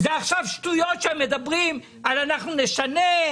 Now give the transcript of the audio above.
עכשיו אלה שטויות שהם אומרים על אנחנו נשנה,